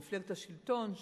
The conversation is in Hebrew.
מפלגת השלטון,